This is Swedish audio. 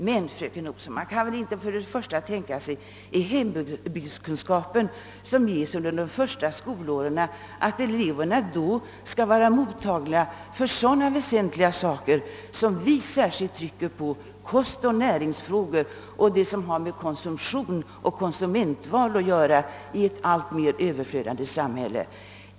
Men, fröken Olsson, man kan väl först och främst inte tänka sig att under de första åren, då ämnet hembygdskunskap förekommer, eleverna skall vara mottagliga för sådana väsentliga frågeställningar, som vi särskilt vill trycka på, nämligen kostoch näringsfrågor och sådant som har att göra med konsumtionsoch konsumentförhållanden i ett alltmer överflödsbetonat samhälle.